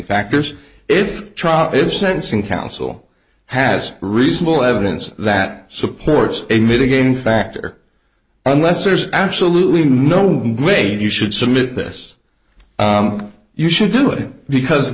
factors if trial is sentencing council has reasonable evidence that supports a mitigating factor unless there's absolutely no way you should submit this you should do it because